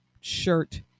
shirt